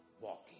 walking